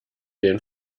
den